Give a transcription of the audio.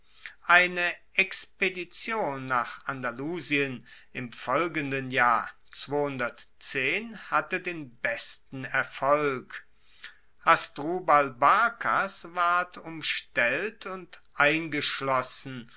eine expedition nach andalusien im folgenden jahr hatte den besten erfolg hasdrubal barkas ward umstellt und eingeschlossen